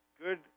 good